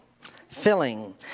Filling